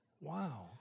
wow